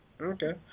Okay